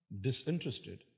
disinterested